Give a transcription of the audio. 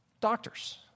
Doctors